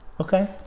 okay